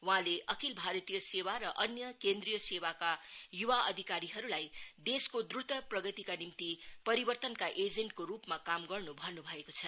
वहाँले अखिल भारतीय सेवा र अन्य केन्द्रीय सेवाका युवा अधिकारीहरुलाई देशको द्वत प्रगतिका निम्ति परिवर्तनका एजेन्टको रुपमा काम गर्नु भन्नु भएको छ